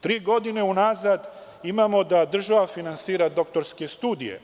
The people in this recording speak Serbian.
Tri godine unazad imamo da država finansira doktorske studije.